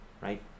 right